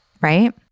right